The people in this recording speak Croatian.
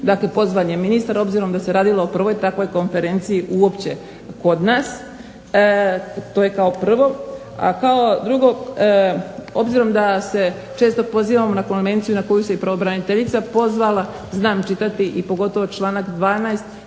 Dakle pozvan je ministar obzirom da se radilo o prvoj takvoj konferenciji uopće kod nas, to je kao prvo. A kao drugo, obzirom da se često pozivamo na konvenciju na koju se i pravobraniteljica pozvala, znam čitati i pogotovo članak 12.